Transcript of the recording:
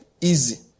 easy